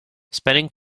spending